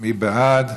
מי בעד?